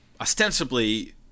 ostensibly